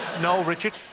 noel, richard?